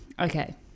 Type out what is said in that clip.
okay